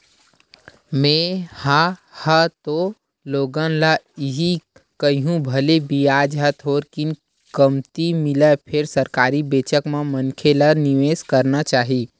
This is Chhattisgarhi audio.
में हा ह तो लोगन ल इही कहिहूँ भले बियाज ह थोरकिन कमती मिलय फेर सरकारी बेंकेच म मनखे ल निवेस करना चाही